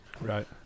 Right